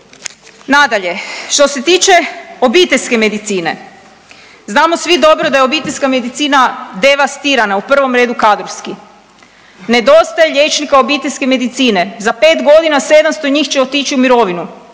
Nadalje, što se tiče obiteljske medicine, znamo svi dobro da je obiteljska medicina devastirana, u prvom redu kadrovski, nedostaje liječnika obiteljske medicine, za 5.g. 700 njih će otići u mirovinu,